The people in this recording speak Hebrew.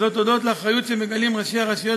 הודות לאחריות שמגלים ראשי הרשויות